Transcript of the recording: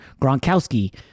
Gronkowski